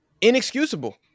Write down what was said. Inexcusable